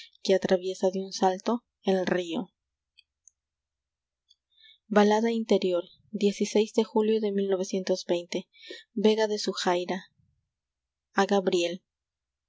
que atraviesa de un salto el río y b a l c d a